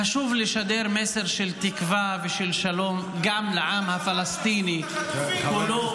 חשוב לשדר מסר של תקווה ושל שלום גם לעם הפלסטיני כולו,